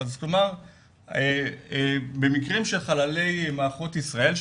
כלומר במקרים של חללי מערכות ישראל,